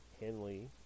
Henley